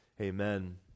Amen